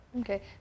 Okay